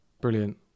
Brilliant